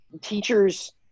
Teachers